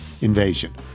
invasion